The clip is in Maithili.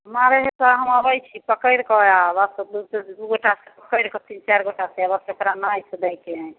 मारै हइ तऽ हम अबै छी पकड़ि कऽ आयब आब तऽ दू गोटासँ पकड़िके तीन चारि गोटासँ बस ओकरा नाथि दै के हइ